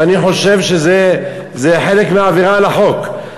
ואני חושב שזה חלק מהעבירה על החוק.